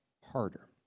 harder